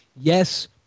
Yes